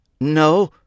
No